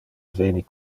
veni